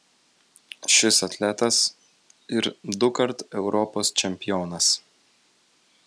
šis atletas ir dukart europos čempionas